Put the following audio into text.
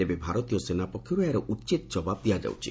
ତେବେ ଭାରତୀୟ ସେନା ପକ୍ଷରୁ ଏହାର ଉଚିତ ଜବାବ୍ ଦିଆଯାଉଛି